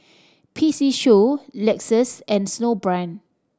P C Show Lexus and Snowbrand